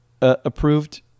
approved